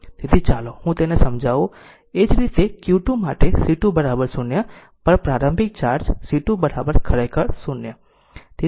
તેથી ચાલો હું તેને સમજાવું અને એ જ રીતે Q2 માટે C2 0 પર પ્રારંભિક ચાર્જ C2 ખરેખર 0